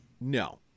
No